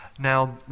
Now